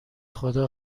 خدا